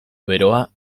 beroa